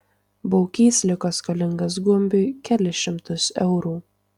baukys liko skolingas gumbiui kelis šimtus eurų